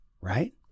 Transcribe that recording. Right